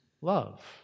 love